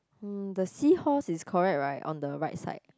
mm the seahorse is correct right on the right side